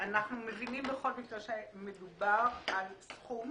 אנחנו מבינים בכל מקרה שמדובר על סכום